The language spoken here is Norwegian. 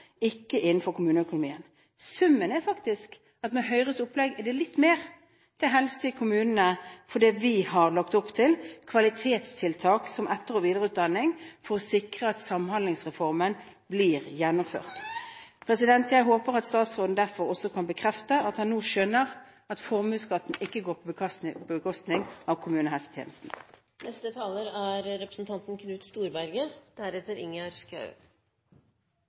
ikke innenfor kommuneøkonomien. Summen er faktisk at med Høyres opplegg er det litt mer til helse i kommunene fordi vi har lagt opp til kvalitetstiltak som etter- og videreutdanning for å sikre at Samhandlingsreformen blir gjennomført. Jeg håper at statsråden derfor kan bekrefte at han nå skjønner at formuesskatten ikke går på bekostning av kommunehelsetjenesten. Det er